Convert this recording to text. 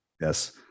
yes